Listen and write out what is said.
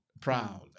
proud